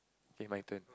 eh my turn